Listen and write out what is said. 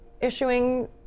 issuing